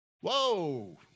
whoa